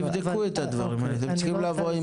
תבדקו את הדברים, אתם צריכים לבוא עם